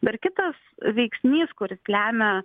dar kitas veiksnys kuris lemia